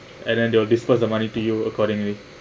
and then they will disburse the money to you accordingly